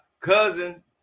cousin